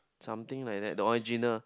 something like that the original